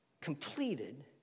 completed